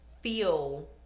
feel